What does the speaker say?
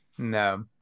No